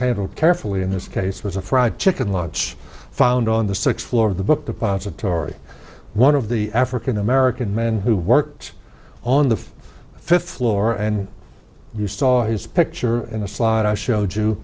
handled carefully in this case was a fried chicken lunch found on the sixth floor of the book depository one of the african american men who worked on the fifth floor and you saw his picture in the slide i show